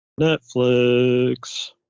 Netflix